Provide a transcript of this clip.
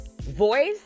Voice